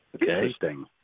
Interesting